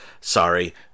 Sorry